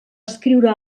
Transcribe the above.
escriure